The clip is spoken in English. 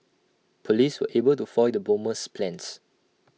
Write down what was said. Police were able to foil the bomber's plans